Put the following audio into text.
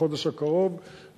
בחודש הקרוב,